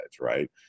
right